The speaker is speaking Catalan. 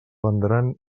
vendran